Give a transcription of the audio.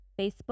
Facebook